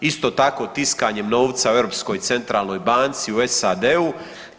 Isto tako tiskanjem novca u Europskoj centralnoj banci u SAD-u.